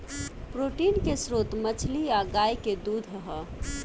protein के स्त्रोत मछली आ गाय के दूध ह